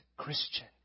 Christian